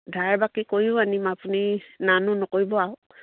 ধাৰ বাকী কৰিও আনিম আপুনি না নো নকৰিব আৰু